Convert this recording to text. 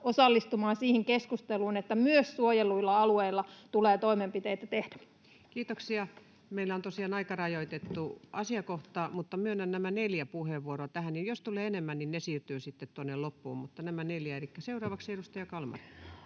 osallistumaan siihen keskusteluun, että myös suojelluilla alueilla tulee toimenpiteitä tehdä. Kiitoksia. — Meillä on tosiaan aikarajoitettu asiakohta, mutta myönnän nämä neljä puheenvuoroa tähän, ja jos tulee enemmän, niin ne siirtyvät sitten tuonne loppuun. Mutta nämä neljä myönnän. — Elikkä seuraavaksi edustaja Kalmari.